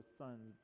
sons